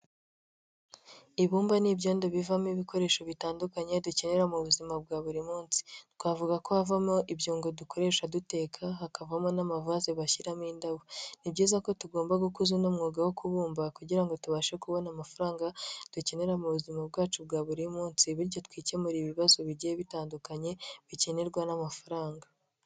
Ibumba ni ibyondo bivamo ibikoresho bitandukanye dukenera mu buzima bwa buri munsi. Twavuga ko havamo ibyungo dukoresha duteka, hakavamo n'amavase bashyiramo indabo. Ni byiza ko tugomba gukuza uno mwuga wo kubumba kugira ngo tubashe kubona amafaranga dukenera mu buzima bwacu bwa buri munsi bityo twikemurire ibibazo bigiye bitandukanye, bikenerwa n'amafaranga.